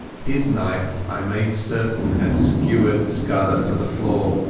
his knife, i made certain, had skewered scudder to the floor.